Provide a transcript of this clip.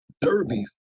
Derby